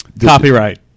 Copyright